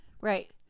Right